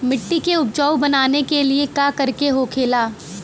मिट्टी के उपजाऊ बनाने के लिए का करके होखेला?